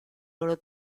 loro